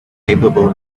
capable